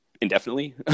indefinitely